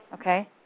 okay